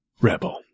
rebel